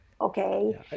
okay